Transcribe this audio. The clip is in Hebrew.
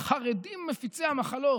החרדים מפיצי המחלות.